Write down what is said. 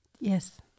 Yes